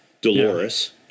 Dolores